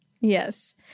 Yes